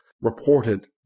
reported